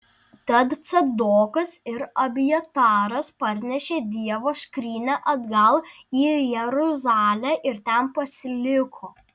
tad cadokas ir abjataras parnešė dievo skrynią atgal į jeruzalę ir ten pasiliko